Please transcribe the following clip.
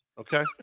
okay